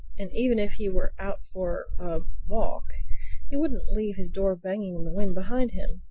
and even if he were out for a. walk he wouldn't leave his door banging in the wind behind him.